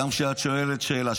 גם כשאת שואלת שאלה.